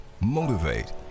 motivate